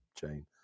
chain